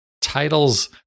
titles